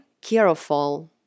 careful